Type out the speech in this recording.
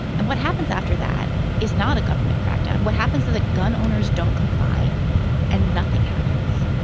and what happens after that is not a government crackdown. what happens to the gun owners? don't comply and nothing happens.